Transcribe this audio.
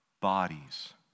bodies